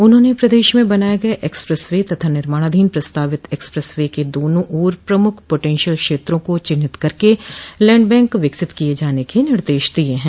उन्होंने प्रदेश में बनाये गये एक्सप्रेस वे तथा निर्माणाधीन प्रस्तावित एक्सप्रेस वे के दोनों ओर प्रमुख पोटेन्शियल क्षेत्रों को चिन्हित करके लैंड बैंक विकसित किये जाने के निर्देश दिये हैं